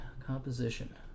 Composition